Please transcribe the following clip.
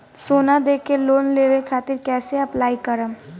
सोना देके लोन लेवे खातिर कैसे अप्लाई करम?